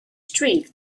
streak